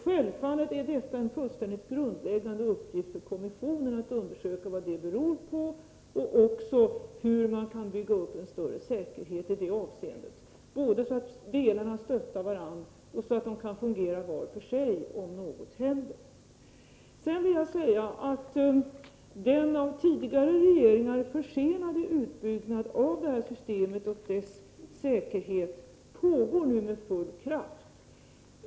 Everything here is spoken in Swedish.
Självfallet är det en grundläggande uppgift för kommissionen att undersöka vad detta beror på och också hur man skall bygga upp en större säkerhet i båda dessa avseenden, så att delarna stöttar varandra och så att de kan fungera var för sig, om något händer. Den av tidigare regeringar försenade utbyggnaden av systemet och dess säkerhet pågår nu med full kraft.